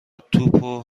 توپو